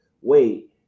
wait